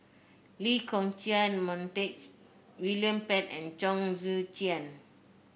Lee Kong Chian Montague William Pett and Chong Tze Chien